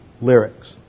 lyrics